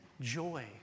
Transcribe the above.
joy